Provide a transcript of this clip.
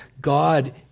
God